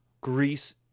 Greece